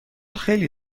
خیلی